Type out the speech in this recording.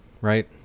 right